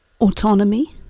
autonomy